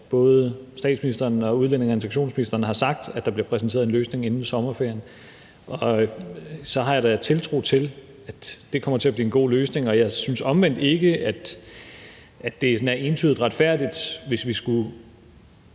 både statsministeren og udlændinge- og integrationsministeren har sagt, at der bliver præsenteret en løsning inden sommerferien, og jeg har da tiltro til, at det kommer til at blive en god løsning. Jeg synes omvendt ikke, at det sådan er entydigt retfærdigt, hvis vi skulle